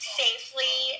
safely